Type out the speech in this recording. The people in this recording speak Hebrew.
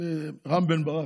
רם בן ברק,